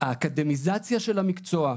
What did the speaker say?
האקדמיזציה של המקצוע,